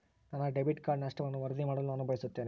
ನನ್ನ debit card ನಷ್ಟವನ್ನು ವರದಿ ಮಾಡಲು ನಾನು ಬಯಸುತ್ತೇನೆ